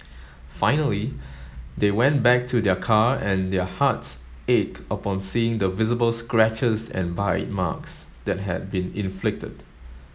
finally they went back to their car and their hearts ached upon seeing the visible scratches and bite marks that had been inflicted